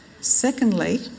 Secondly